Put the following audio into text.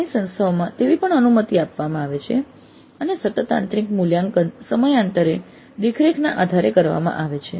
ઘણી સંસ્થાઓમાં તેવી પણ અનુમતિ આપવામાં આવે અને સતત આંતરિક મૂલ્યાંકન સમયાંતરે દેખરેખના આધારે કરવામાં આવે છે